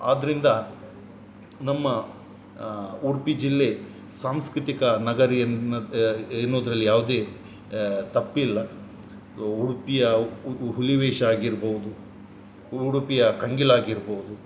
ಆದ್ದರಿಂದ ನಮ್ಮ ಉಡುಪಿ ಜಿಲ್ಲೆ ಸಾಂಸ್ಕೃತಿಕ ನಗರಿ ಎನ್ನುತ್ತ ಎನ್ನುವುದರಲ್ಲಿ ಯಾವುದೇ ತಪ್ಪಿಲ್ಲ ಸೊ ಉಡುಪಿಯ ಹುಲಿ ವೇಷ ಆಗಿರ್ಬೋದು ಉಡುಪಿಯ ಕಂಗಿಲ್ ಆಗಿರ್ಬೋದು